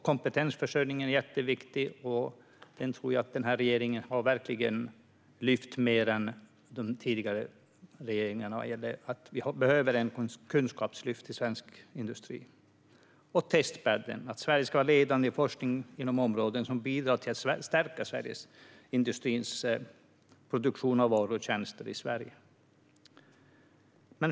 Kompetensförsörjningen är jätteviktig, och den tror jag att den här regeringen verkligen har lyft mer än den tidigare - vi behöver ett kunskapslyft i svensk industri. Testbädd Sverige innebär att Sverige ska vara ledande i forskning inom områden som bidrar till att stärka industrins produktion av varor och tjänster i Sverige.